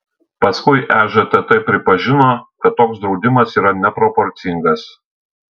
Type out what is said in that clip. paskui ežtt pripažino kad toks draudimas yra neproporcingas